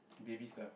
baby stuff